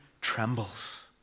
trembles